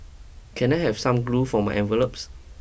can I have some glue for my envelopes